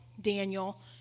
Daniel